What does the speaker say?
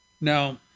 Now